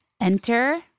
Enter